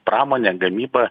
pramonė gamyba